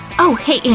oh, hey, am,